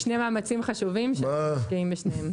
אלה שני מאמצים חשובים שאנחנו משקיעים בשניהם.